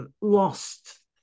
lost